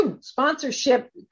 sponsorship